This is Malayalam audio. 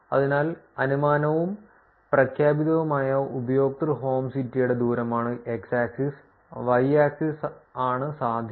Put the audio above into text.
അതിനാൽ അനുമാനവും പ്രഖ്യാപിതവുമായ ഉപയോക്തൃ ഹോം സിറ്റിയുടെ ദൂരമാണ് x ആക്സിസ് y ആക്സിസ് ആണ് സാധ്യത